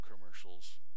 commercials